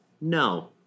No